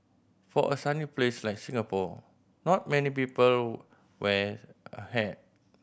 for a sunny place like Singapore not many people wear a hat